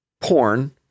porn